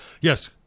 yes